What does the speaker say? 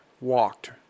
walked